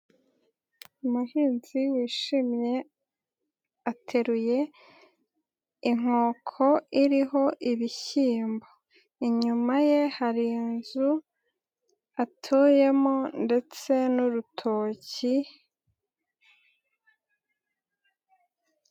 Umuhinzi wishimye, ateruye, inkoko iriho ibishyimbo. Inyuma ye hari inzu atuyemo, ndetse n'urutoki.